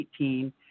2018